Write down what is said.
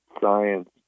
science